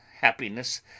happiness